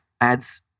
adds